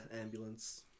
ambulance